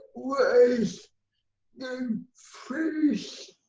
was the first